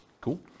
Cool